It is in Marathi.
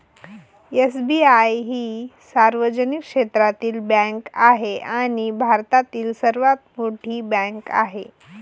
एस.बी.आई ही सार्वजनिक क्षेत्रातील बँक आहे आणि भारतातील सर्वात मोठी बँक आहे